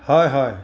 হয় হয়